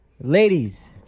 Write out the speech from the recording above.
ladies